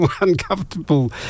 uncomfortable